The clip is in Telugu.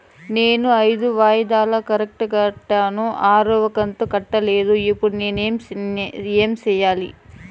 నేను ఐదు వాయిదాలు కరెక్టు గా కట్టాను, ఆరవ కంతు కట్టలేదు, ఇప్పుడు నేను ఏమి సెయ్యాలి?